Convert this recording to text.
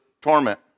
torment